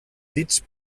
dits